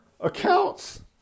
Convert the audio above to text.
accounts